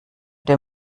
der